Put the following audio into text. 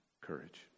courage